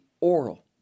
oral